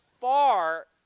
far